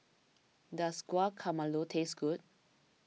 does Guacamole taste good